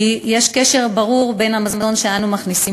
כי יש קשר ברור בין המזון שאנו מכניסים